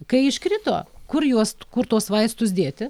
kai iškrito kur juost kur tuos vaistus dėti